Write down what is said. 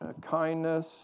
kindness